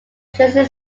jersey